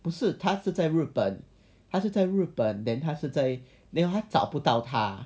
不是他是在日本他是在日本 then 他是在找不到他